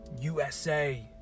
USA